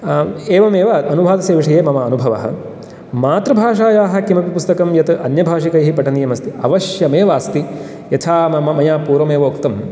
एवमेव अनुवादस्य विषये मम अनुभवः मातृभाषायाः किमपि पुस्तकं अन्यभाषिकैः पठनीयं अस्ति अवश्यमेव अस्ति यथा मया पूर्वमेव उक्तं